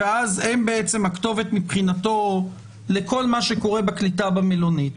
ואז הם הכתובת מבחינתו לכל מה שקורה בקליטה במלונית.